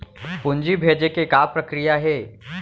पूंजी भेजे के का प्रक्रिया हे?